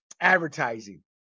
advertising